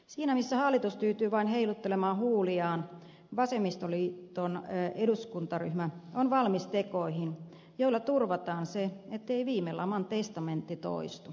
siinä missä hallitus tyytyy vain heiluttelemaan huuliaan vasemmistoliiton eduskuntaryhmä on valmis tekoihin joilla turvataan se ettei viime laman testamentti toistu